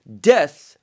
Death